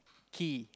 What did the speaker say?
key